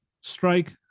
strike